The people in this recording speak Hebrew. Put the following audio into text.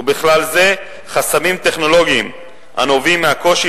ובכלל זה חסמים טכנולוגיים הנובעים מהקושי